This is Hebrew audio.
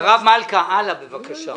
--- הרב מלכא, הלאה, בבקשה.